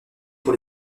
pour